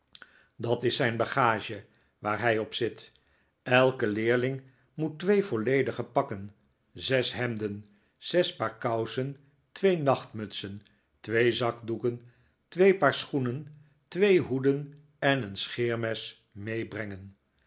dat is zijn bagage waar hij op zit elke leerling moet twee volledige pakken zes hemden zes paar kousen twee nachtmutsen twee zakdoeken twee paar schoenen twee hoeden en een scheermes meebrengen